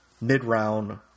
mid-round